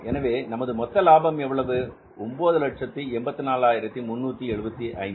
எனவே நமது மொத்த லாபம் எவ்வளவு 984375